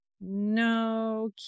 no